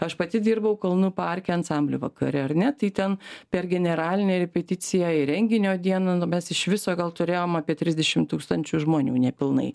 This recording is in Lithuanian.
aš pati dirbau kalnų parke ansamblių vakare ar ne tai ten per generalinę repeticiją ir renginio dieną nu mes iš viso gal turėjom apie trisdešimt tūkstančių žmonių nepilnai